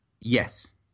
Yes